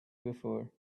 before